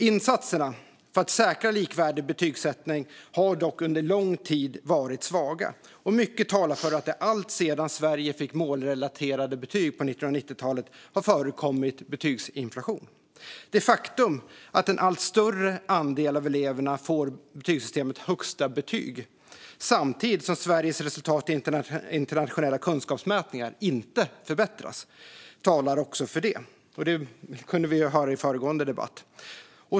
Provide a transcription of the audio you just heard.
Insatserna för att säkra en likvärdig betygsättning har dock under lång tid varit svaga, och mycket talar för att det alltsedan Sverige fick målrelaterade betyg på 1990-talet har förekommit betygsinflation. Det faktum att en allt större andel av eleverna får betygssystemets högsta betyg samtidigt som Sveriges resultat i internationella kunskapsmätningar inte förbättras talar också för det. Det kunde vi höra i föregående debatt.